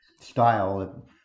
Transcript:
style